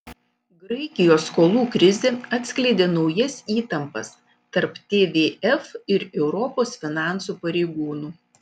graikijos skolų krizė atskleidė naujas įtampas tarp tvf ir europos finansų pareigūnų